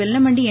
Vellamandi என்